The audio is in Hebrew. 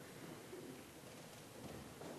ההצעה